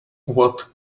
what